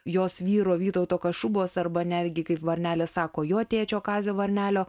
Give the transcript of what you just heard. jos vyro vytauto kašubos arba netgi kaip varnelis sako jo tėčio kazio varnelio